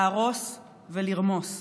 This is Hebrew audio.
להרוס ולרמוס.